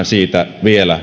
siitä vielä